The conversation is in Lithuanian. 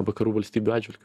vakarų valstybių atžvilgiu